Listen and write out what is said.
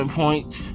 points